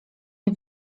nie